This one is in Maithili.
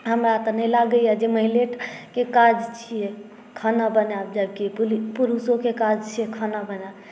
हमरा तऽ नहि लागैए जे महिलेटा के काज छियै खाना बनायब जबकि पुरुषोके काज छियै खाना बनायब